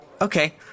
Okay